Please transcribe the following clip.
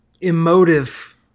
emotive